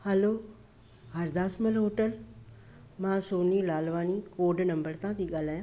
हलो Hardasmal hotel मां Soni Lalwani code number तां थी ॻाल्हायां